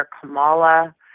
Kamala